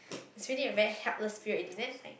it's already a very helpless period already then like